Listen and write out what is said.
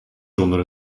zonder